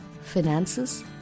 finances